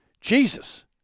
Jesus